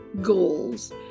goals